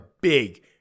big